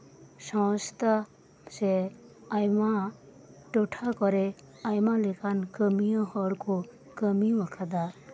ᱱᱚᱣᱟ ᱥᱚᱝᱥᱛᱷᱟ ᱥᱮ ᱟᱭᱢᱟ ᱴᱚᱴᱷᱟ ᱠᱚᱨᱮᱜ ᱟᱭᱢᱟ ᱞᱮᱠᱟᱱ ᱠᱟᱹᱢᱭᱟᱹ ᱦᱚᱲ ᱠᱚ ᱠᱟᱹᱢᱤ ᱟᱠᱟᱫᱟ